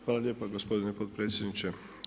Hvala lijepa gospodine potpredsjedniče.